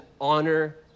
honor